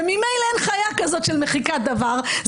וממילא אין חיה כזאת של מחיקת דבר,